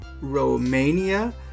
Romania